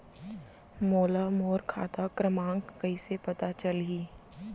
मोला मोर खाता क्रमाँक कइसे पता चलही?